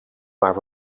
maar